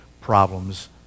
problems